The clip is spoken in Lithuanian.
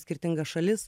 skirtingas šalis